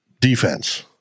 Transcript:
defense